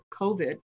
COVID